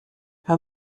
her